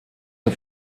zur